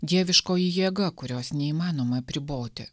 dieviškoji jėga kurios neįmanoma apriboti